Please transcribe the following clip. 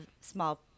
small